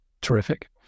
terrific